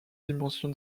dimension